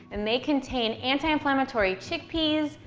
and they contain anti-inflammatory chickpeas,